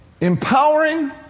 Empowering